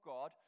God